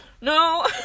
no